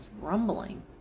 rumbling